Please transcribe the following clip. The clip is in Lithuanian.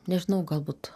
nežinau galbūt